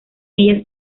ellas